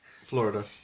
Florida